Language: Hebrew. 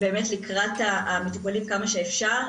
באמת לקראת המטופלים כמה שאפשר.